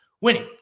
winning